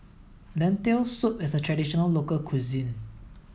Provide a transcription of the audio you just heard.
lentil soup is a traditional local cuisine